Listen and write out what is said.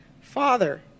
father